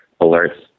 alerts